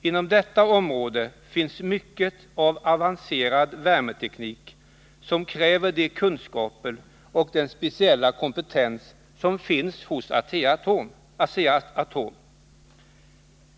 Inom detta område finns mycket avancerad värmeteknik, som kräver de kunskaper och den speciella kompetens som finns hos Asea-Atom.